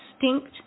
distinct